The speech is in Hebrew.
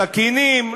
סכינים,